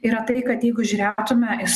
yra tai kad jeigu žiūrėtume iš